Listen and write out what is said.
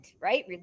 right